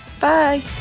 Bye